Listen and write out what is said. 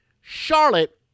Charlotte